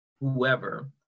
whoever